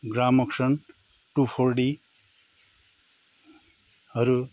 Gramoxone two four डीहरू